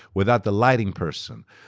without the lighting person,